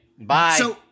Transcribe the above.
Bye